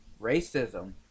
racism